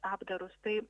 apdarus tai